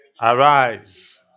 Arise